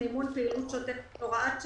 מימון פעילות שוטפת הוראות שעה),